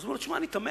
הוא אומר לו: אני תמה,